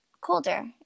colder